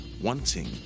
wanting